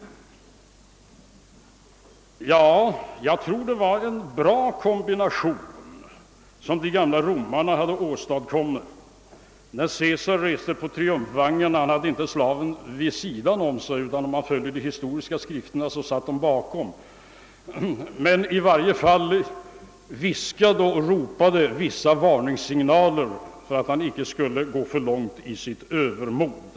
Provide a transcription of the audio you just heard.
Jag tror att det var en bra kombination som de gamla romarna hade åstadkommit. När Caesar åkte i triumfvagnen hade han inte slaven vid sidan om sig, utan enligt de historiska skrifterna satt slaven bakom kejsaren. Men i varje fall viskade han eller ropade vissa varningssignaler, så att kejsaren inte skulle gå för långt i sitt övermod.